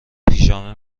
پیژامه